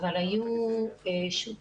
אבל היו שותפים.